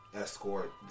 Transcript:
escort